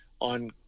on